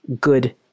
good